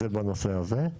זה בנושא הזה.